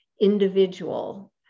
individual